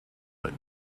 but